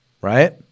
Right